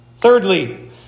Thirdly